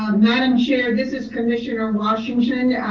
ah madam chair, this is commissioner washington,